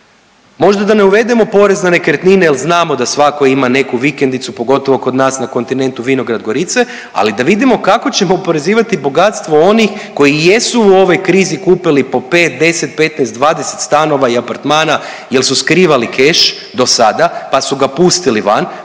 Možda da ne uvedemo porez na nekretnine jer znamo da svako ima neku vikendicu pogotovo kod nas kontinentu vinograd, gorice, ali da vidimo kako ćemo oporezivati bogatstvo onih koji jesu u ovoj krizi kupili po 5, 10, 15, 20 stanova i apartmana jer su skrivali keš dosada pa su ga pustili van,